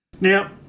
Now